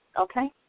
okay